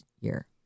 year